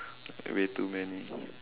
way too many